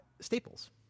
Staples